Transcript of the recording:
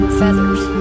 feathers